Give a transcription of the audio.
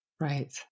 Right